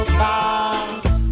pass